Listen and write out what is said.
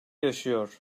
yaşıyor